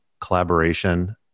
collaboration